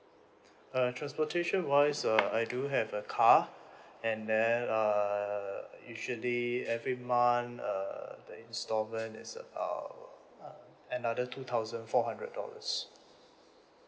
uh transportation wise uh I do have a car and then err usually every month err the instalment is about uh another two thousand four hundred dollars